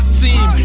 team